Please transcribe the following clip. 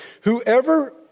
whoever